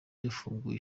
yafunguye